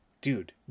dude